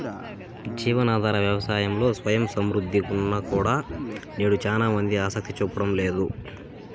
జీవనాధార వ్యవసాయంలో స్వయం సమృద్ధి ఉన్నా కూడా నేడు చానా మంది ఆసక్తి చూపడం లేదు